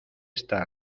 esta